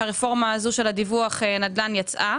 כשהרפורמה הזו של דיווח הנדל"ן יצאה